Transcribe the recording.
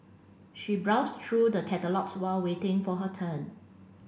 she browsed through the catalogues while waiting for her turn